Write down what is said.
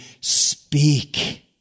speak